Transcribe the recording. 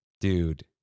Dude